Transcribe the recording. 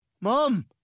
mom